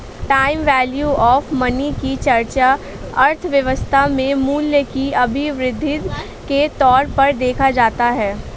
time value of money की चर्चा अर्थव्यवस्था में मूल्य के अभिवृद्धि के तौर पर देखा जाता है